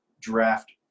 draft